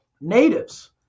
Natives